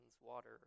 water